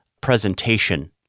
presentation